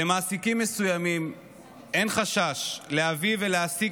למעסיקים מסוימים אין חשש להביא ולהעסיק